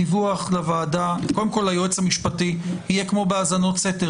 הדיווח כאן יהיה כמו הדיווח בנושא האזנות סתר.